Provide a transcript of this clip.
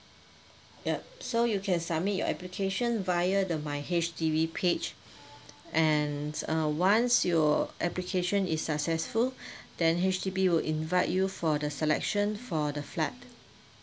yup so you can submit your application via the my H_D_B page and uh once your application is successful then H_D_B will invite you for the selection for the flat